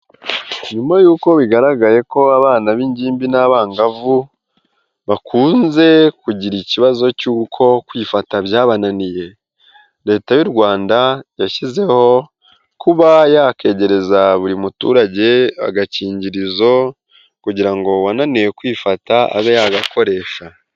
Nyuma y'uko bigaragaye ko abana b'ingimbi n'abangavu, bakunze kugira ikibazo cy'uko kwifata byabananiye, leta y'u Rwanda yashyizeho, kuba yakegereza buri muturage agakingirizo kugira ngo uwananiwe kwifata, abe yagakoresha.